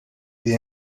the